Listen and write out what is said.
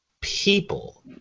people